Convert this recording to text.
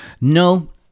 No